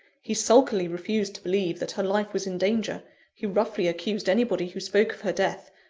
he sulkily refused to believe that her life was in danger he roughly accused anybody who spoke of her death,